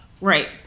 Right